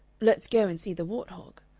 let's go and see the wart-hog,